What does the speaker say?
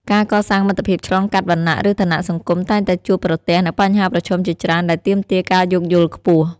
ការកសាងមិត្តភាពឆ្លងកាត់វណ្ណៈ ឬឋានៈសង្គមតែងតែជួបប្រទះនូវបញ្ហាប្រឈមជាច្រើនដែលទាមទារការយោគយល់ខ្ពស់។